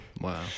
Wow